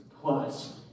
plus